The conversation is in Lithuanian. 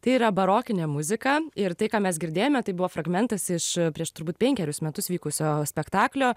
tai yra barokinė muzika ir tai ką mes girdėjome tai buvo fragmentas iš prieš turbūt penkerius metus vykusio spektaklio